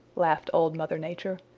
laughed old mother nature.